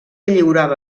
lliurava